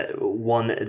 one